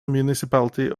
municipality